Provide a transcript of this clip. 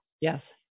Yes